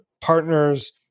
partners